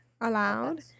Allowed